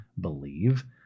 believe